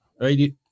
right